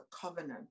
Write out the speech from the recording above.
covenant